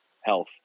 health